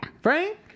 Frank